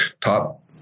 top